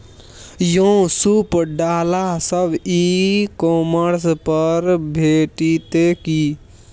यौ सूप डाला सब ई कॉमर्स पर भेटितै की?